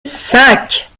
cinq